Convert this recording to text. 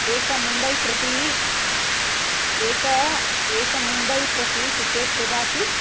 एकं मुम्बैप्रति एकं एकं मुम्बैप्रति टिकेट् ददातु